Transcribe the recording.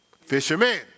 Fishermen